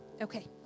Okay